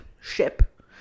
ship